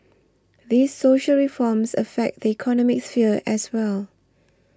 these social reforms affect the economic sphere as well